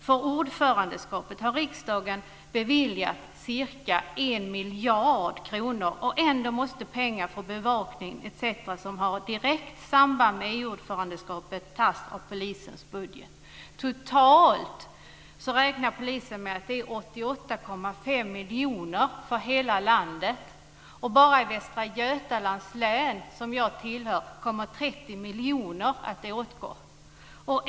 För ordförandeskapet har riksdagen beviljat ca 1 miljard kronor, och ändå måste pengar för bevakning etc. som har ett direkt samband med EU-ordförandeskapet tas från polisens budget. Totalt räknar polisen med att det är 88,5 miljoner för hela landet. Bara i Västra Götalands län, som jag tillhör, kommer 30 miljoner att åtgå.